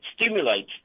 stimulate